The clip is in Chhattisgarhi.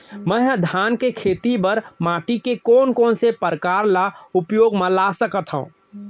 मै ह धान के खेती बर माटी के कोन कोन से प्रकार ला उपयोग मा ला सकत हव?